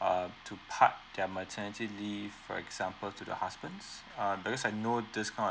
uh two park their maternity leave for example to the husbands uh because I know this kind of that's a no discount